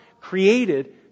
created